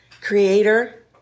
creator